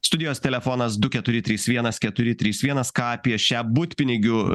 studijos telefonas du keturi trys vienas keturi trys vienas ką apie šią butpinigių